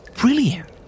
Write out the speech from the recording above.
brilliant